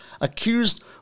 accused